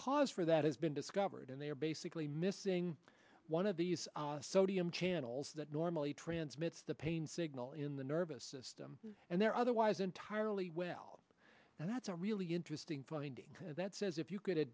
cause for that has been discovered and they are basically missing one of these sodium channels that normally transmits the pain signal in the nervous system and they're otherwise entirely well that's a really interesting finding that says if you could